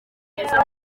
mwiza